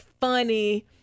funny